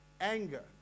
anger